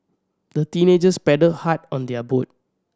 the teenagers paddled hard on their boat